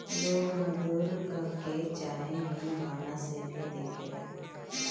लोग मजदूर कहके चाहे हीन भावना से भी देखेला